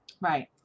right